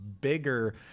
bigger